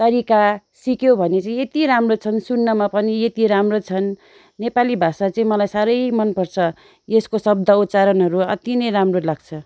तरिका सिक्यो भने चाहिँ यति राम्रो छन् सुन्नमा पनि यति राम्रो छन् नेपाली भाषा चाहिँ मलाई साह्रै मन पर्छ यसको शब्द उच्चारणहरू अति नै राम्रो लाग्छ